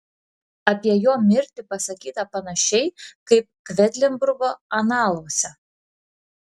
apie jo mirtį pasakyta panašiai kaip kvedlinburgo analuose